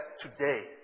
today